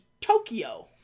Tokyo